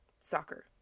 soccer